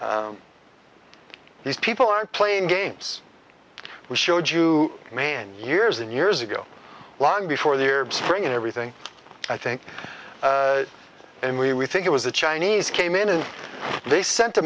s these people aren't playing games we showed you man years and years ago long before the arab spring and everything i think and we we think it was the chinese came in and they sent a